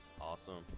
Awesome